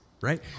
Right